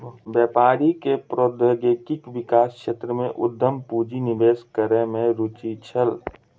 व्यापारी के प्रौद्योगिकी विकास क्षेत्र में उद्यम पूंजी निवेश करै में रूचि छल